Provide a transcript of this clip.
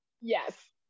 Yes